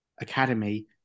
academy